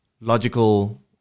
logical